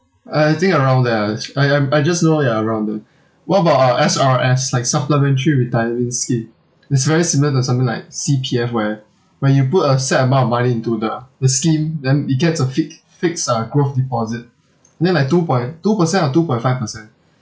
uh I think around there ah I am I just know ya around there what about uh S_R_S like supplementary retirement scheme is very similar to something like C_P_F where when you put a set amount of money into the the scheme then it gets a fix~ fixed uh growth deposit and then like two point two percent or two point five percent